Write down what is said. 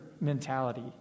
mentality